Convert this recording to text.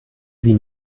sie